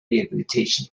rehabilitation